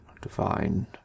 divine